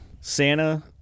santa